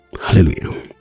Hallelujah